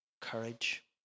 courage